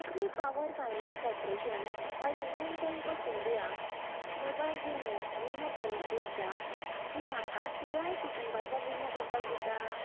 कसली Power Finance Corporation वा Union Bank of India mobile विमो विमो पॉलिसी आसा जी म्हाका पुराय कुटुंबाचो विमो करपाक दिता